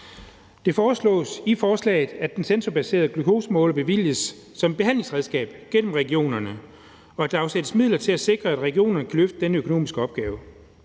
Det foreslås i forslaget, at den sensorbaserede glukosemåler bevilges som behandlingsredskab gennem regionerne, og at der afsættes midler til at sikre, at regionerne kan løfte den økonomiske opgave.